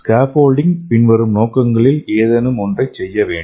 scaffolding பின்வரும் நோக்கங்களில் ஏதேனும் ஒன்றைச் செய்ய வேண்டும்